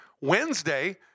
Wednesday